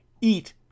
eat